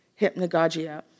hypnagogia